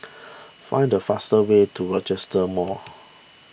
find the fastest way to Rochester Mall